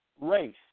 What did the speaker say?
race